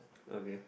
okay